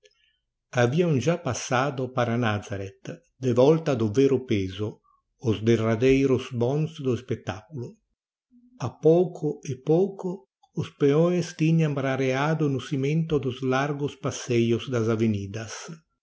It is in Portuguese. haviam já passado para nazareth de volta do vero peso os derradeiros bonds do espectaculo a pouco e pouco os peões tinham rareado no cimento dos largos passeios das avenidas